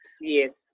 yes